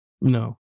No